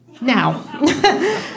now